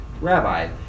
Rabbi